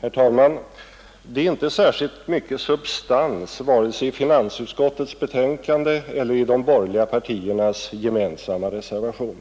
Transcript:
Herr talman! Det är inte särskilt mycket substans vare sig i finansutskottets betänkande eller i de borgerliga partiernas gemensamma reservation.